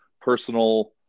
personal